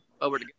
over